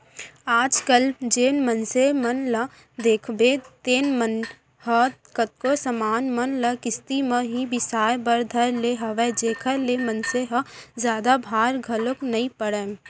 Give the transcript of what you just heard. आज कल जेन मनसे मन ल देखबे तेन मन ह कतको समान मन ल किस्ती म ही बिसाय बर धर ले हवय जेखर ले मनसे ल जादा भार घलोक नइ पड़य